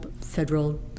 federal